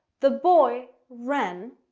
the boy ran.